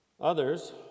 Others